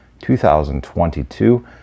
2022